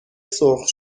سرخ